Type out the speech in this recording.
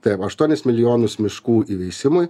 taip aštuonis milijonus miškų įveisimui